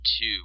two